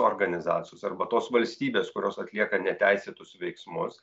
organizacijos arba tos valstybės kurios atlieka neteisėtus veiksmus